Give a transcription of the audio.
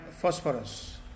phosphorus